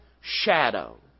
shadow